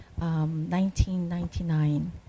1999